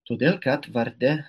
todėl kad varde